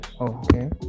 okay